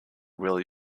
will